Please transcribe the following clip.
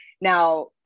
Now